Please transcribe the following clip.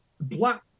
Black